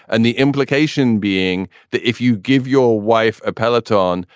and the implication being that if you give your wife a peloton,